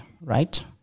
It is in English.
right